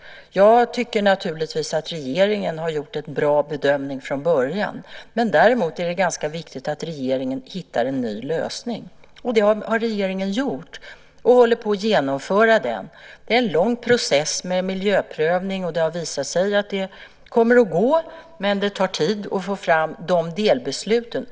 Jag tycker naturligtvis att regeringen har gjort en bra bedömning från början, men däremot är det ganska viktigt att regeringen hittar en ny lösning. Det har regeringen gjort, och vi håller på att genomföra den. Det är en lång process med miljöprövning, och det har visat sig att det kommer att gå, men det tar tid att få fram delbeslut.